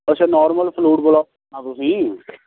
ਅੱਛਾ normal food vlog ਤੁਸੀਂ